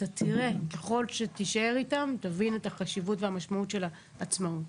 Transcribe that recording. אתה תראה וככל שתישאר איתם תבין את החשיבות והמשמעות של העצמאות.